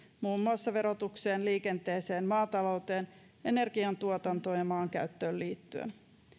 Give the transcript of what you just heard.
muun muassa verotukseen liikenteeseen maatalouteen energiantuotantoon ja maankäyttöön liittyen